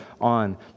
on